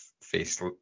face